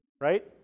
Right